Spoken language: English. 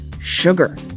sugar